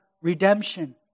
redemption